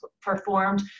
performed